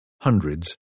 hundreds